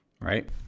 Right